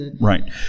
Right